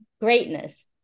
greatness